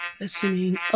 listening